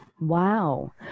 Wow